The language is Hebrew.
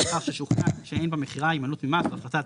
לאחר ששוכנע שאין במכירה הימנעות ממס או הפחתת